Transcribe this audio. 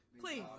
Please